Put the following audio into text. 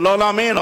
ולא להאמין,